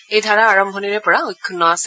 এই ধাৰা আৰম্ভণিৰে পৰা অক্ষুগ্ণ আছে